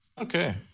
Okay